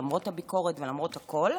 למרות הביקורת ולמרות הכול.